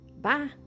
Bye